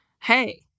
Hey